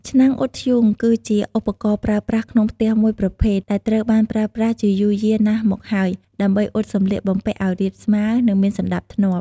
ឆ្នាំងអ៊ុតធ្យូង គឺជាឧបករណ៍ប្រើប្រាស់ក្នុងផ្ទះមួយប្រភេទ ដែលត្រូវបានប្រើប្រាស់ជាយូរយារណាស់មកហើយ ដើម្បីអ៊ុតសម្លៀកបំពាក់ឱ្យរាបស្មើ និងមានសណ្ដាប់ធ្នាប់។